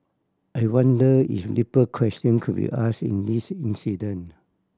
I wonder if deeper question could be asked in this incident